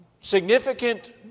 significant